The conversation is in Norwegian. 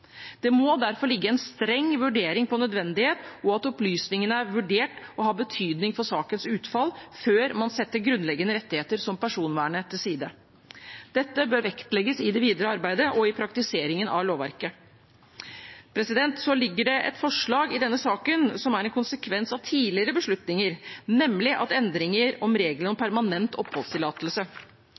Det må derfor foreligge en streng vurdering av nødvendighet og av at opplysningene er vurdert å ha betydning for sakens utfall, før man setter grunnleggende rettigheter som personvernet til side. Dette bør vektlegges i det videre arbeidet og i praktiseringen av lovverket. Det foreligger et forslag i denne saken som er en konsekvens av tidligere beslutninger, nemlig endring av regelen om permanent